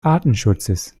artenschutzes